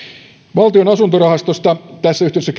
valtion asuntorahastosta tässä yhteydessä